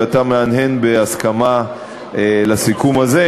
ואתה מהנהן בהסכמה לסיכום הזה.